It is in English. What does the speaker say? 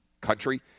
country